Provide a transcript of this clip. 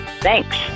Thanks